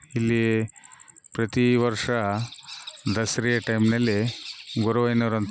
ಇಲ್ಲೀ ಪ್ರತಿವರ್ಷ ದಸರೆಯ ಟೈಮ್ನಲ್ಲಿ ಗೊರುವಯ್ನವ್ರು ಅಂತ